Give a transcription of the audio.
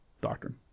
doctrine